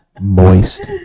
Moist